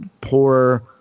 poor